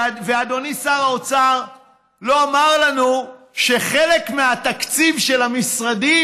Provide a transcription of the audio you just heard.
אדוני שר האוצר לא אמר לנו שחלק מהתקציב של המשרדים